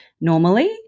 normally